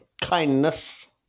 kindness